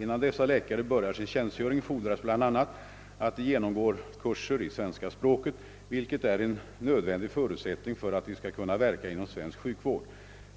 Innan dessa läkare börjar sin tjänstgöring fordras bl.a. att de genomgår kurser i svenska språket, vilket är en nödvändig förutsättning för att de skall kunna verka inom vår sjukvård.